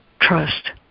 trust